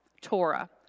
Torah